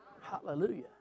Hallelujah